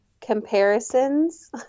comparisons